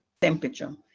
temperature